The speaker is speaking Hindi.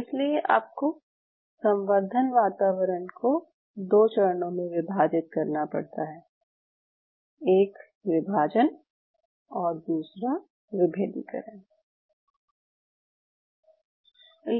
इसलिए आपको संवर्धन वातावरण को दो चरणों में विभाजित करना पड़ता है एक विभाजन और दूसरा विभेदीकरण